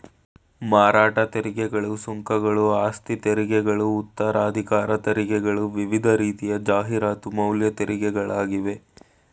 ಮಾರಾಟ ತೆರಿಗೆಗಳು, ಸುಂಕಗಳು, ಆಸ್ತಿತೆರಿಗೆಗಳು ಉತ್ತರಾಧಿಕಾರ ತೆರಿಗೆಗಳು ವಿವಿಧ ರೀತಿಯ ಜಾಹೀರಾತು ಮೌಲ್ಯ ತೆರಿಗೆಗಳಾಗಿವೆ